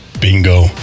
Bingo